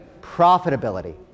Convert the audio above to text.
profitability